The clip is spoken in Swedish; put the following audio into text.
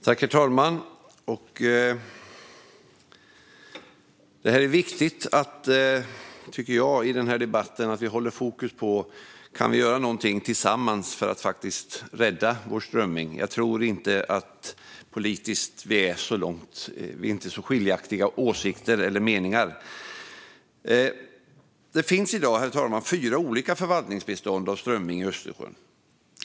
Herr talman! Det är viktigt, tycker jag, att vi i den här debatten håller fokus på om vi kan göra någonting tillsammans för att rädda vår strömming. Jag tror inte att vi politiskt är så skiljaktiga i åsikter eller meningar. Herr talman! Det finns i dag fyra olika förvaltningsbestånd av strömming i Östersjön.